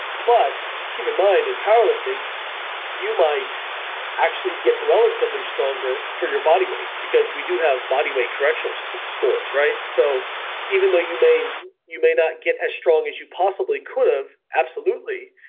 but keep in mind in power lifting you might actually get relatively stronger for your body weight because we do have body weight correctional so scores. so even though you may you may not get as strong as you possibly could have, absolutely,